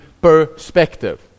perspective